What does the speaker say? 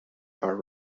are